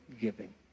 giving